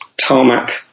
Tarmac